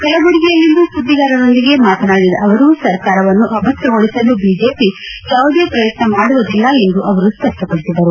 ಕಲಬುರಗಿಯಲ್ಲಿಂದು ಸುದ್ದಿಗಾರರೊಂದಿಗೆ ಮಾತನಾಡಿದ ಅವರು ಸರ್ಕಾರವನ್ನು ಅಭದ್ರಗೊಳಿಸಲು ಬಿಜೆಪಿ ಯಾವುದೇ ಪ್ರಯತ್ನ ಮಾಡುವುದಿಲ್ಲ ಎಂದು ಅವರು ಸ್ವಷ್ಟಪಡಿಸಿದರು